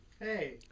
hey